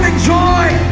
joy.